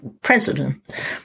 president